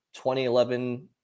2011